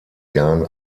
jahn